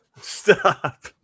Stop